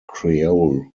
creole